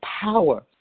power